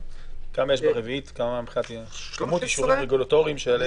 כמה יש ברביעית מבחינת אישורים רגולטוריים?